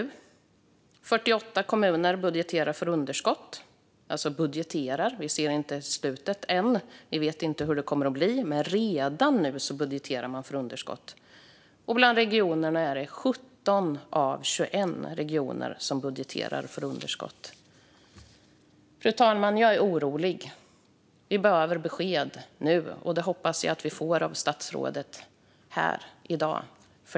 Det är 48 kommuner som budgeterar för underskott. Vi ser inte slutresultatet än och vet inte hur det kommer att bli, men redan nu budgeterar de alltså för underskott. Bland regionerna är det 17 av 21 som budgeterar för underskott. Fru talman! Jag är orolig. Vi behöver få ett besked nu, och jag hoppas att vi får det av statsrådet här i dag.